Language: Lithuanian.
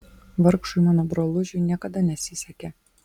vargšui mano brolužiui niekada nesisekė